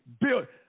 built